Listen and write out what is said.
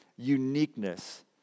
uniqueness